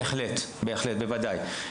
בהחלט, בוודאי.